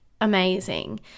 amazing